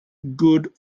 good